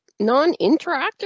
non-interactive